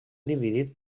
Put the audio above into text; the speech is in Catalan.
dividit